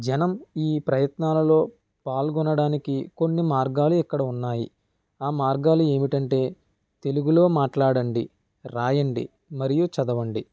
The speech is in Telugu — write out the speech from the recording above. జనం ఈ ప్రయత్నాలలో పాల్గొనడానికి కొన్ని మార్గాలు ఇక్కడ ఉన్నాయి ఆ మార్గాలు ఏమిటంటే తెలుగులో మాట్లాడండి వ్రాయండి మరియు చదవండి